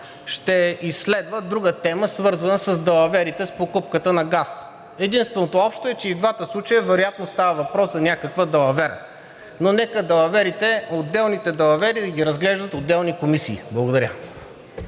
ще изследва друга тема, свързана с далаверите с покупката на газ. Единственото общо е, че и в двата случая вероятно става въпрос за някаква далавера. Но нека далаверите, отделните далавери да ги разглеждат отделни комисии. Благодаря.